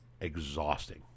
Exhausting